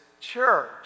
church